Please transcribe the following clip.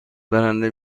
برنده